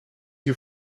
you